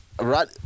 right